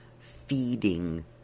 feeding